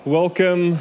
welcome